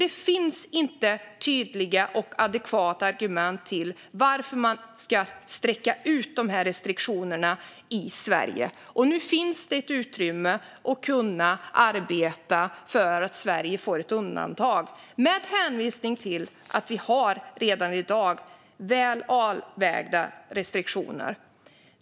Det finns inga tydliga och adekvata argument för att man ska utsträcka dessa restriktioner i Sverige. Nu finns det utrymme att arbeta för att Sverige ska få ett undantag med hänvisning till att vi redan i dag har välavvägda restriktioner.